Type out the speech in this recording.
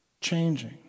changing